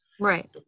Right